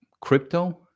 crypto